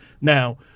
Now